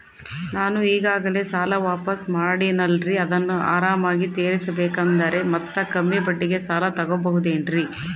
ನಾನು ಈಗಾಗಲೇ ಸಾಲ ವಾಪಾಸ್ಸು ಮಾಡಿನಲ್ರಿ ಅದನ್ನು ಆರಾಮಾಗಿ ತೇರಿಸಬೇಕಂದರೆ ಮತ್ತ ಕಮ್ಮಿ ಬಡ್ಡಿಗೆ ಸಾಲ ತಗೋಬಹುದೇನ್ರಿ?